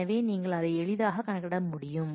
எனவே நீங்கள் அதை எளிதாக கணக்கிட முடியும்